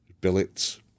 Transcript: Billets